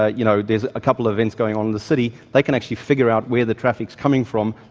ah you know, there's a couple of events going on in the city, they can actually figure out where the traffic's coming from,